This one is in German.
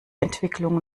entwicklung